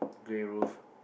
grey roof